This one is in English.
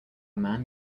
man